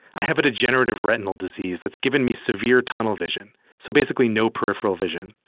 i have a degenerative retinal disease that's given me severe tunnel vision, so basically no peripheral vision.